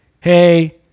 hey